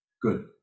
good